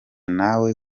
nawe